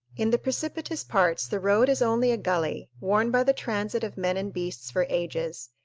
in the precipitous parts the road is only a gully worn by the transit of men and beasts for ages,